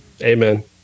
Amen